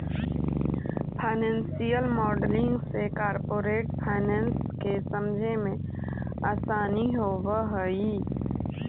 financial modelling से corporate finance के समझे मेंअसानी होवऽ हई